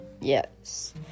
yes